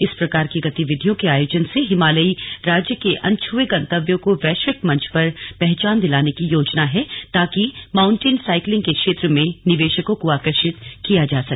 इस प्रकार की गतिविधियों के आयोजन से हिमालयी राज्य के अनछ्ए गंतव्यों को वैश्विक मंच पर पहचान दिलाने की योजना है ताकि माउंटेन साइकिलिंग के क्षेत्र में निर्वेशकों को आकर्षित किया जा सके